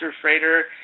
freighter